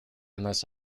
unless